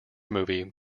movie